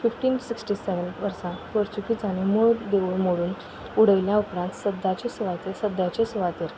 fifteen sixty seven वर्सा पोर्चुगिजांनी मूळ देवूळ मोडून उडयल्या उपरांत सद्याचे सुवातेर सद्याचे सुवातेर